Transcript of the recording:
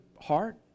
heart